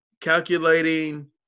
calculating